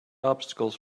obstacles